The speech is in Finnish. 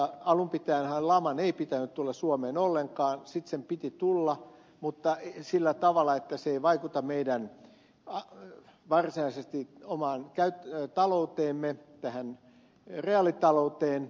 alun pitäenhän laman ei pitänyt tulla suomeen ollenkaan sitten sen piti tulla mutta sillä tavalla että se ei vaikuta varsinaisesti meidän omaan talouteemme tähän reaalitalouteen